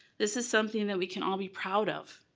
this is something that we can all be proud of.